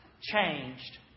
changed